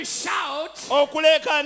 shout